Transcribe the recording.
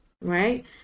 right